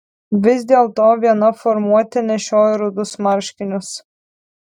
vis dėlto viena formuotė nešiojo rudus marškinius